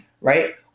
right